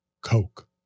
Coke